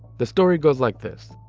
the story goes like this,